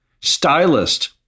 Stylist